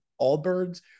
Allbirds